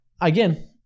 again